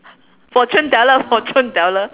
fortune teller fortune teller